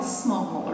small